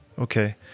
Okay